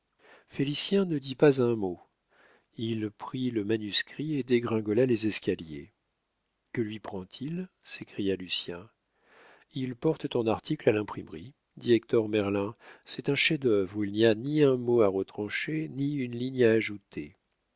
félicien ne dit pas un mot il prit le manuscrit et dégringola les escaliers que lui prend-il s'écria lucien il porte ton article à l'imprimerie dit hector merlin c'est un chef-d'œuvre où il n'y a ni un mot à retrancher ni une ligne à ajouter